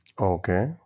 Okay